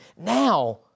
now